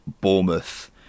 Bournemouth